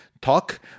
talk